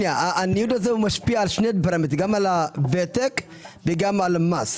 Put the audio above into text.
הניוד הזה משפיע על שני פרמטרים: גם על הוותק וגם על המס,